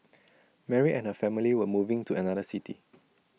Mary and her family were moving to another city